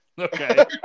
Okay